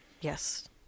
Yes